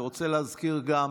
אני רוצה להזכיר גם